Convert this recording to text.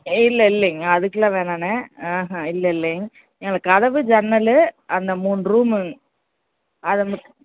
இல்லை இல்லைங்க அதுக்கெல்லாம் வேணாம்ண்ணே ஆஹா இல்லை இல்லைங்க எங்களுக்கு கதவு ஜன்னல் அந்த மூணு ரூமு அதை மட்டும்